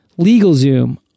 LegalZoom